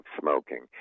smoking